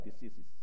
diseases